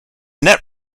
net